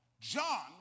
John